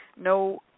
No